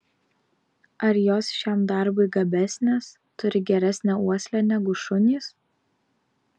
ar jos šiam darbui gabesnės turi geresnę uoslę negu šunys